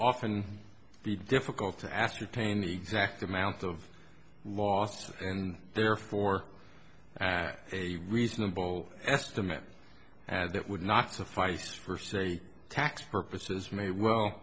often be difficult to ascertain exactly amount of loss and therefore a reasonable estimate that would not suffice for say tax purposes may well